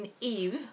Eve